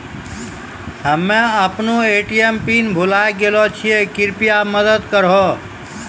हम्मे अपनो ATM PIN भुलाय गेलो छियै, कृपया मदत करहो